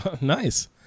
nice